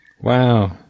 Wow